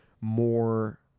more